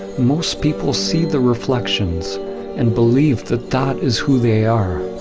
most people see the reflections and believe that that is who they are.